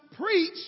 preach